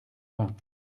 vint